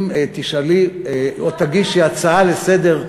אם תשאלי או תגישי הצעה לסדר-היום,